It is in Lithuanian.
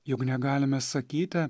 juk negalime sakyti